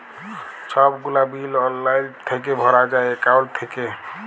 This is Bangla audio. ছব গুলা বিল অললাইল থ্যাইকে ভরা যায় একাউল্ট থ্যাইকে